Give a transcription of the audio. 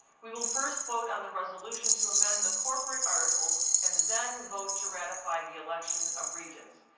we will first vote on the resolution to amend the corporate articles, and then vote to ratify the election of regents.